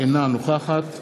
אינה נוכחת